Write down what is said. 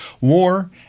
War